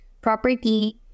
property